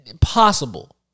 possible